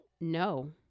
no